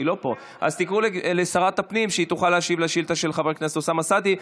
שהיא תוכל להשיב על השאילתה של חבר הכנסת אוסאמה סעדי.